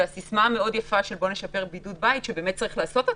והסיסמה המאוד יפה הזאת, שבאמת צריך לעשות אותה,